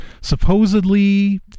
Supposedly